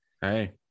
Hey